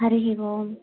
हरिः ओम्